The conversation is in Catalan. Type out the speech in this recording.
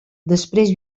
després